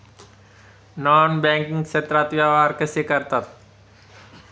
Non banking क्षेत्रात व्यवहार कसे करतात?